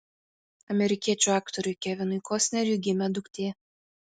amerikiečių aktoriui kevinui kostneriui gimė duktė